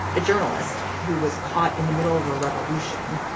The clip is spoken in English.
a journalist who was caught in the middle of a revolution,